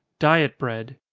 diet bread.